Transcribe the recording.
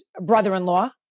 brother-in-law